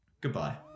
goodbye